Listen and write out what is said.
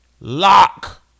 Lock